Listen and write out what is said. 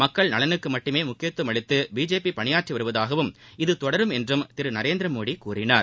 மக்கள் நலனுக்கு மட்டுமே முக்கியத்துவம் அளித்து பிரதமர் பணியாற்றி வருவதாகவும் இது தொடரும் என்றும் திரு நரேந்திரமோடி கூறினார்